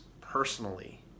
personally